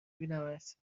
بینمت